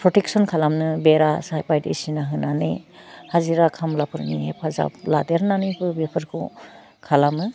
protection खालामनो बेरा बायदिसिना होनानै हाजिरा खामलाफोरनि हेफाजाब लादेरनानैबो बेफोरखौ खालामो